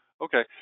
Okay